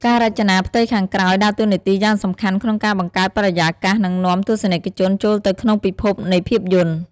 ការរចនាផ្ទៃខាងក្រោយ ដើរតួនាទីយ៉ាងសំខាន់ក្នុងការបង្កើតបរិយាកាស និងនាំទស្សនិកជនចូលទៅក្នុងពិភពនៃភាពយន្ត។